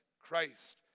Christ